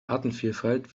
artenvielfalt